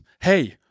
Hey